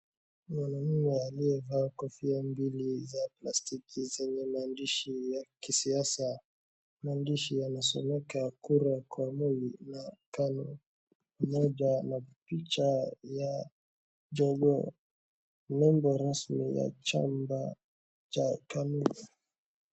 Mwanaume aliyevaa kofia mbili za plastiki zenye mandishi ya kisiasa, maandishi yanasomeka kura kwa moi na kanu labda na picha ya jogoo, nembo rasmi ya chama cha kanu.